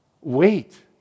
Wait